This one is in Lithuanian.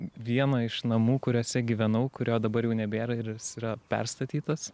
vieno iš namų kuriuose gyvenau kurio dabar jau nebėra ir yra perstatytas